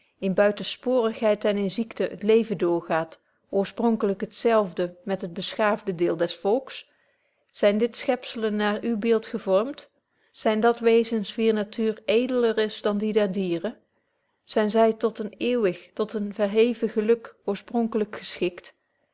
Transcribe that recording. in buitensporigheid en in ziekte het leven door gaat oorspronkelyk het zelfde met het beschaafde deel des volks zyn dit schepzels naar uw beeld gevormt zyn dat wezens wier natuur edeler is dan die der dieren zyn zy tot een eeuwig tot een verheven geluk oorspronkelyk geschikt